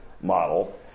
model